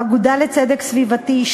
האגודה לצדק סביבתי,